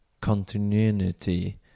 continuity